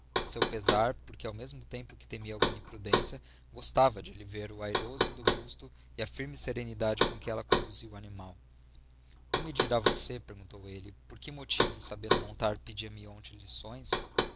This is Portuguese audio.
a seu pesar porque ao mesmo tempo que temia alguma imprudência gostava de lhe ver o airoso do busto e a firme serenidade com que ela conduzia o animal não me dirá você perguntou ele por que motivo sabendo montar pedia-me ontem lições